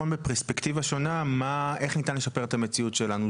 בפרספקטיבה שונה איך ניתן לשפר את המציאות שלו,